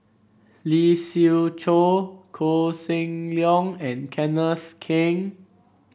Lee Siew Choh Koh Seng Leong and Kenneth Keng